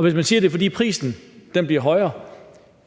Hvis man siger, at det er, fordi prisen bliver højere,